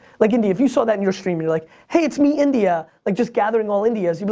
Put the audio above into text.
like india, if you saw that in your stream, you're like, hey it's me india! like just gathering all indias, you'd